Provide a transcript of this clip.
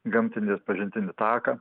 gamtinį atpažintinį taką